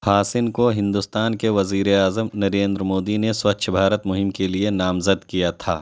ہاسن کو ہندوستان کے وزیرِ اعظم نریندر مودی نے سوچھ بھارت مہم کے لیے نامزد کیا تھا